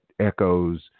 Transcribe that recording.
echoes